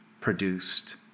produced